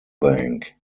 bank